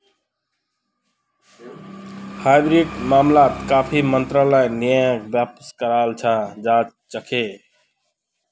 हाइब्रिडेर मामलात काफी मात्रात ब्याजक वापसो कराल जा छेक